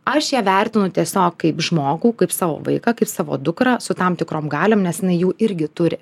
aš ją vertinu tiesiog kaip žmogų kaip savo vaiką kaip savo dukrą su tam tikrom galiom nes jinai jų irgi turi